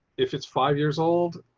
if it's five years old,